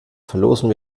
verlosen